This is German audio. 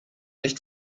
nicht